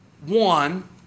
one